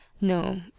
no